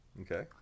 okay